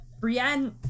Brienne